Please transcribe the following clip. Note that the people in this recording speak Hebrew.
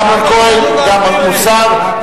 אמנון כהן, גם מוסר.